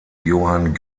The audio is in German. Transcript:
johann